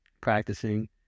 practicing